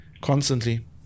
constantly